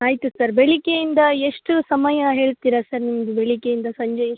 ಆಯಿತು ಸರ್ ಬೆಳಗ್ಗೆಯಿಂದ ಎಷ್ಟು ಸಮಯ ಹೇಳ್ತೀರ ಸರ್ ನಿಮ್ದು ಬೆಳಗ್ಗೆಯಿಂದ ಸಂಜೆ ಎಷ್ಟು